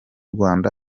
rwanda